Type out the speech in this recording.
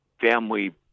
family